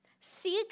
Seek